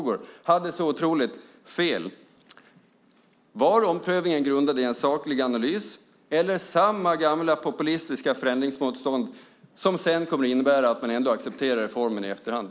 När blev det så att hon hade så otroligt fel? Var omprövningen grundad i en saklig analys eller är det samma gamla populistiska förändringsmotstånd som sedan kommer att innebära att man ändå accepterar reformen i efterhand?